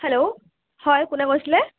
hello হয় কোনে কৈছিলে